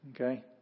okay